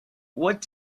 what